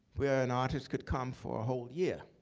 where an artist could come for a whole year.